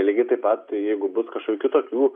lygiai taip pat jeigu bus kažkokių kitokių